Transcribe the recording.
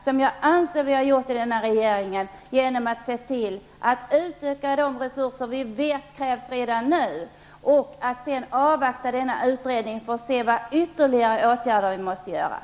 Det anser jag att den borgerliga regeringen har gjort genom att se till att utöka de resurser som man vet krävs redan nu och att sedan avvakta denna utredning för att se vilka ytterligare åtgärder som måste vidtas.